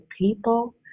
people